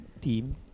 team